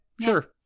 Sure